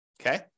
Okay